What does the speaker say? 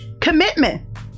Commitment